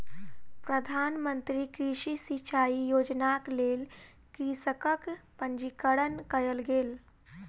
प्रधान मंत्री कृषि सिचाई योजनाक लेल कृषकक पंजीकरण कयल गेल